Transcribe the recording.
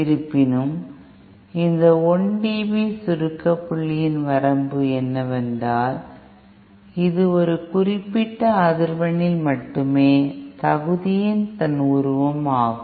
இருப்பினும் இந்த 1 dB சுருக்க புள்ளியின் வரம்பு என்னவென்றால் இது ஒரு குறிப்பிட்ட அதிர்வெண்ணில் மட்டுமே தகுதியின் தன் உருவம் ஆகும்